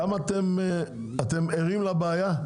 אתם ערים לבעיה?